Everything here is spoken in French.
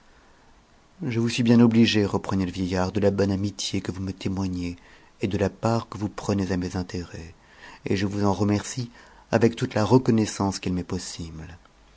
je vous suis bien obligé reprenait le vieillard de la bonne amitié iue vous me témoignez et de la part que vous prenez à mes intérêts et je vous en remercie avec toute la reconnaissance qu'il m'est possible